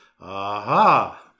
aha